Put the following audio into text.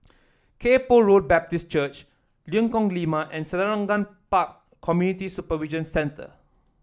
Kay Poh Road Baptist Church Lengkok Lima and Selarang Park Community Supervision Centre